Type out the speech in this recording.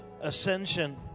ascension